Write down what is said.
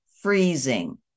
freezing